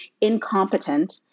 incompetent